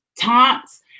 taunts